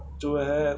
ਜੋ ਹੈ